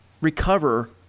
recover